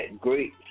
great